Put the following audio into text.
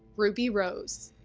ruby rose.